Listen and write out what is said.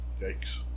Yikes